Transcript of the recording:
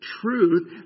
truth